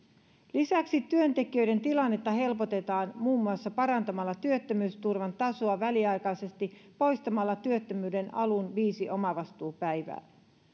lisäksi työntekijöiden tilannetta helpotetaan muun muassa parantamalla työttömyysturvan tasoa väliaikaisesti poistamalla työttömyyden alun viisi omavastuupäivää